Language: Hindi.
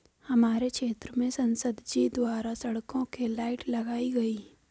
हमारे क्षेत्र में संसद जी द्वारा सड़कों के लाइट लगाई गई